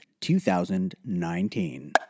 2019